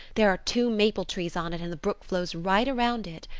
there are two maple trees on it and the brook flows right around it.